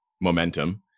momentum